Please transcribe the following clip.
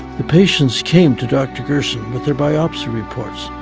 the patients came to dr. gerson with their biopsy reports,